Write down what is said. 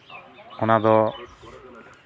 ᱚᱱᱟ ᱫᱚ